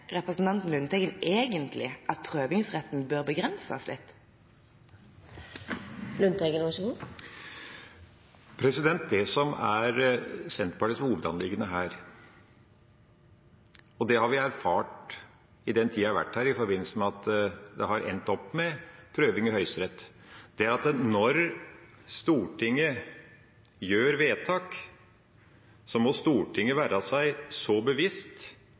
representanten Lundteigen egentlig at prøvingsretten bør begrenses litt? Det som er Senterpartiets hovedanliggende her – og det har vi erfart i den tida jeg har vært her, i forbindelse med at det har endt opp med prøving i Høyesterett – er at når Stortinget gjør vedtak, må Stortinget være seg så bevisst